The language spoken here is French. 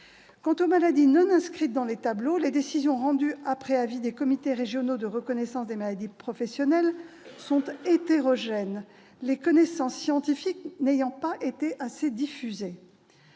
Quant aux maladies non inscrites dans les tableaux, les décisions rendues après avis des comités régionaux de reconnaissance des maladies professionnelles sont hétérogènes, les connaissances scientifiques n'étant pas assez diffusées.